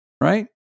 right